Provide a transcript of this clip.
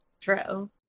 True